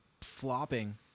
flopping